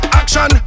action